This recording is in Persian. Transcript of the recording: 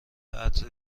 عطر